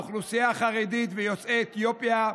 האוכלוסייה החרדית ויוצאי אתיופיה,